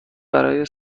برای